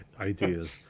ideas